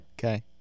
Okay